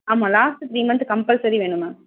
ஆமாம் last three month compulsory வேணும் ma'am